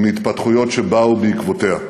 ומהתפתחויות שבאו בעקבותיה.